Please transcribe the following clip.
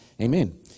Amen